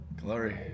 Glory